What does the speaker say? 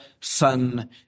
Son